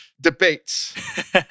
debates